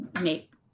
make